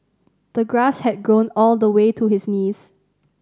the grass had grown all the way to his knees